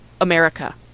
America